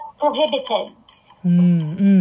prohibited